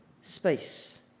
space